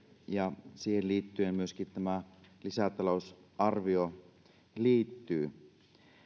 ja siihen myöskin tämä lisätalousarvio liittyy